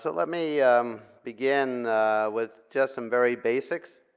let me begin with just some very basics.